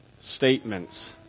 statements